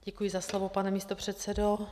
Děkuji za slovo, pane místopředsedo.